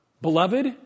Beloved